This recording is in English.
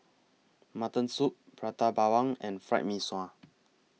Mutton Soup Prata Bawang and Fried Mee Sua